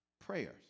prayers